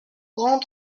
grand